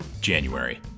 January